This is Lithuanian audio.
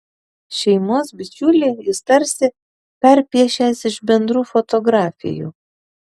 šeimos bičiulį jis tarsi perpiešęs iš bendrų fotografijų